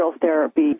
therapy